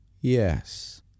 Yes